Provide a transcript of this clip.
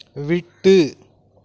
விட்டு